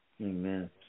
Amen